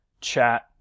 chat